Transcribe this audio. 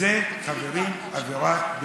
בפורעי הסדר?